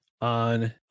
on